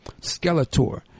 Skeletor